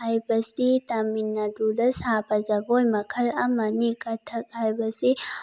ꯍꯥꯏꯕꯁꯤ ꯇꯥꯃꯤꯜ ꯅꯥꯗꯨꯗ ꯁꯥꯕ ꯖꯒꯣꯏ ꯃꯈꯜ ꯑꯃꯅꯤ ꯀꯊꯛ ꯍꯥꯏꯕꯁꯤ